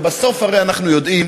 ובסוף הרי אנחנו יודעים